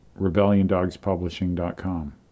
RebellionDogsPublishing.com